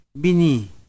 bini